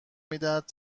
میدهد